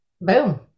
boom